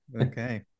Okay